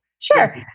Sure